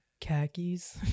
Khakis